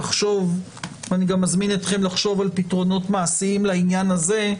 אני גם מזמין אתכם לחשוב על פתרונות מעשיים לעניין הזה.